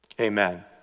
amen